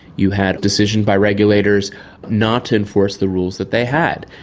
you had decisions by regulators not to enforce the rules that they had.